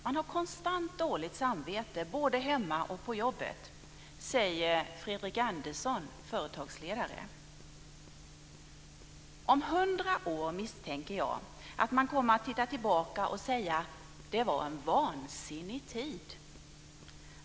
Man har konstant dåligt samvete, både hemma och på jobbet, säger Fredrik Andersson, företagsledare. Om hundra år misstänker jag att man kommer att titta tillbaka och säga: Det var en vansinnig tid.